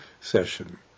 session